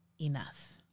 enough